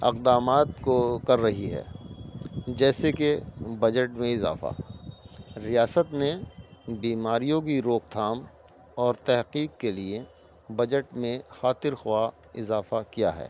اقدامات کو کر رہی ہے جیسے کہ بجٹ میں اضافہ ریاست میں بیماریوں کی روک تھام اور تحقیق کے لیے بجٹ میں خاطر خواہ اضافہ کیا ہے